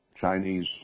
Chinese